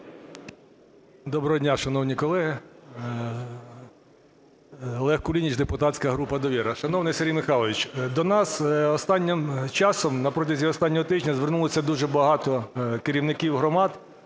Доброго дня, шановні колеги. Олег Кулініч, депутатська група "Довіра". Шановний Сергій Михайлович, до нас останнім часом, на протязі останнього тижня звернулися дуже багато керівників громад